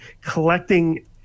collecting